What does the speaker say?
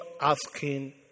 asking